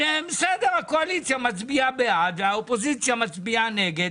שהקואליציה מצביעה בעד והאופוזיציה מצביעה נגד.